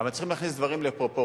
אבל צריכים להכניס דברים לפרופורציות.